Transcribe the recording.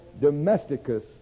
domesticus